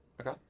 okay